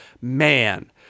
man